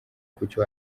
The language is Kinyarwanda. kucyo